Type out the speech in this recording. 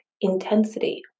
intensity